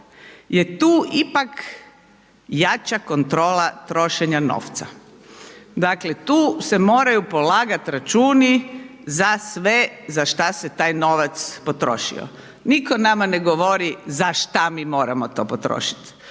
je tu ipak jača kontrola trošenja novca, dakle, tu se moraju polagat računi za sve za šta se taj novac potrošio. Nitko nama ne govori za šta mi moramo to potrošit.